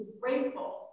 grateful